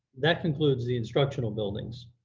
that concludes the instructional buildings.